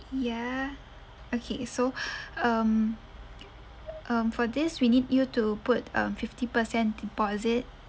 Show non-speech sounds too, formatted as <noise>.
ya okay so <breath> um um for this we need you to put um fifty percent deposit